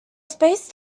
spaced